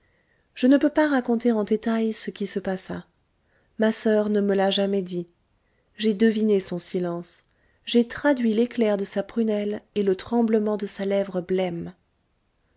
je ne peux pas raconter en détail ce qui se passa ma soeur ne me l'a jamais dit j'ai deviné son silence j'ai traduit l'éclair de sa prunelle et le tremblement de sa lèvre blême